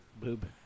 boob